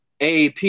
AP